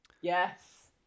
Yes